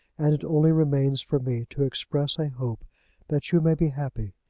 and it only remains for me to express a hope that you may be happy.